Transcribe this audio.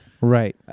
right